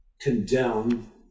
Condemn